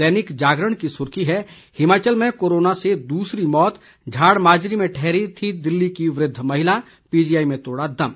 दैनिक जागरण की सुर्खी है हिमाचल में कोरोना से दूसरी मौत झाड़माजरी में ठहरी थी दिल्ली की वृद्ध महिला पीजीआई में तोड़ा दम